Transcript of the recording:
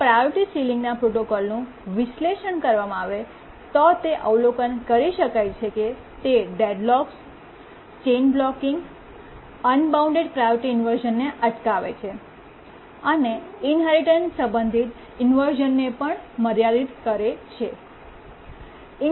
જો પ્રાયોરિટી સીલીંગના પ્રોટોકોલનું વિશ્લેષણ કરવામાં આવે તો તે અવલોકન કરી શકાય છે કે તે ડેડલોક્સચેઇન બ્લૉકિંગઅનબાઉન્ડ પ્રાયોરિટી ઇન્વર્શ઼નને અટકાવે છે અને ઇન્હેરિટન્સ સંબંધિત ઇન્વર્શ઼નને પણ મર્યાદિત કરે છે